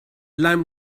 land